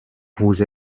vous